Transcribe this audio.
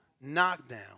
knockdown